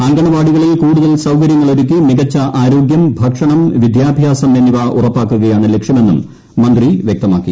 അങ്കണവാടികളിൽ കൂടുതൽ സൌകര്യങ്ങളൊരുക്കി മിക്കച്ച ആരോഗ്യം ഭക്ഷണം വിദ്യാഭ്യാസം എന്നിവ ഉറപ്പാക്കുകയാണ് ലക്ഷ്യമെന്നും മന്ത്രി വ്യക്തമാക്കി